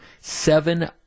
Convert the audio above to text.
seven